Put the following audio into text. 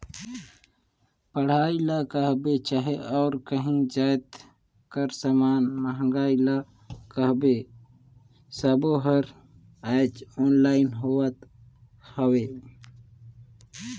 पढ़ई ल कहबे चहे अउ काहीं जाएत कर समान मंगई ल कहबे सब्बों हर आएज ऑनलाईन होत हवें